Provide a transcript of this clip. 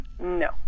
no